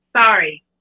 Sorry